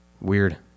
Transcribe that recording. Weird